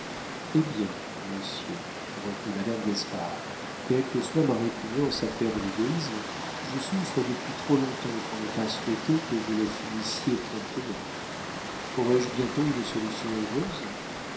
eh bien monsieur reprit madame d'espard quelle que soit ma répugnance à faire de l'égoïsme je souffre depuis trop long-temps pour ne pas souhaiter que vous la finissiez promptement aurai-je bientôt une solution heureuse